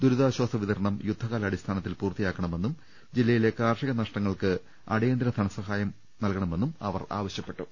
ദുരിതാശ്ചാസ വിതരണം യുദ്ധകാലാടിസ്ഥാനത്തിൽ പൂർത്തി യാക്കണമെന്നും ജില്ലയിലെ കാർഷിക നഷ്ടങ്ങൾക്ക് അടി യന്തര ധനസഹായം നൽകണമെന്നും അവർ ആവശ്യപ്പെട്ടു